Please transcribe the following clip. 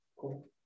Cool